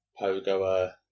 pogoer